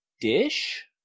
dish